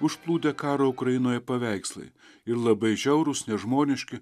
užplūdę karo ukrainoje paveikslai ir labai žiaurūs nežmoniški